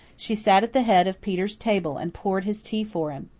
she sat at the head of peter's table and poured his tea for him.